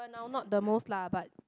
oh no not the most lah but